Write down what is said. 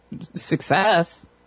success